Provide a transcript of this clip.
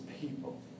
people